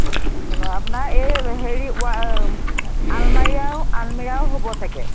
ঠিক আছে বাৰু আপোনাৰ এই হেৰি আলমাৰি আৰু আলমিৰাও হ'ব চাগে